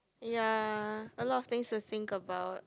ya a lot of things to think about